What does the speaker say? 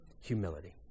Humility